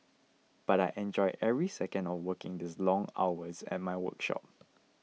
but I enjoy every second of working these long hours at my workshop